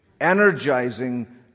energizing